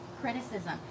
criticism